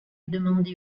demandé